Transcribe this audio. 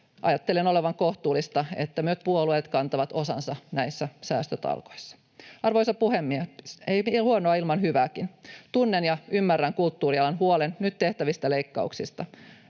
Ajattelen olevan kohtuullista, että puolueet kantavat osansa näissä säästötalkoissa. Arvoisa puhemies! Ei huonoa ilman hyvääkin. Tunnen ja ymmärrän kulttuurialan huolen nyt tehtävistä leikkauksista.